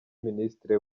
ministre